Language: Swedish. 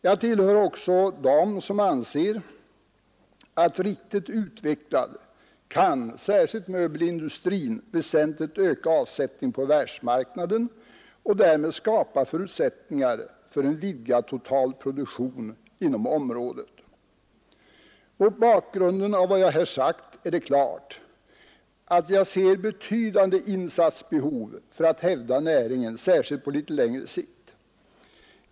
Jag tillhör också dem som anser att riktigt utvecklad kan särskilt möbelindustrin väsentligt öka avsättningen på världsmarknaden och därmed skapa förutsättningar för en vidgad totalproduktion. Mot bakgrund av vad jag här sagt är det klart att jag ser betydande behov av insatser för att hävda näringen, särskilt på litet längre sikt.